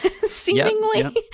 seemingly